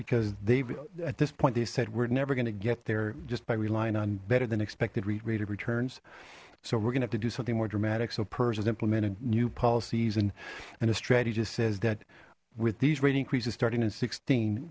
because they've at this point they said we're never going to get there just by relying on better than expected rate of returns so we're gonna have to do something more dramatic so pers has implemented new policies and and a strategist says that with these rate increases starting in sixteen